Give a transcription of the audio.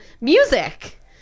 music